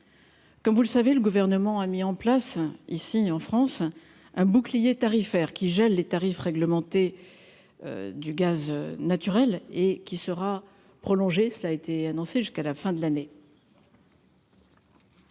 comme vous le savez, le gouvernement a mis en place ici en France, un bouclier tarifaire qui gèle les tarifs réglementés du gaz naturel et qui sera prolongée, cela a été annoncé jusqu'à la fin de l'année.